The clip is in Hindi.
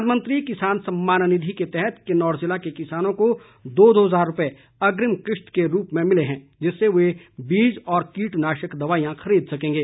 प्रधानमंत्री किसान सम्मान निधि के तहत किन्नौर जिले के किसानों को दो दो हजार रुपये अग्रिम किश्त के रूप में मिले हैं जिससे वे बीज व कीटनाशक दवाईयां खरीद सकेंगे